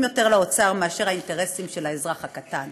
לאוצר יותר מהאינטרסים של האזרח הקטן?